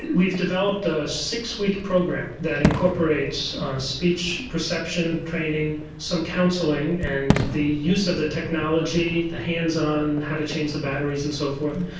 we've developed a six-week program that incorporates speech perception training, some counselling, and the use of the technology, the hands-on how to change the batteries and so forth,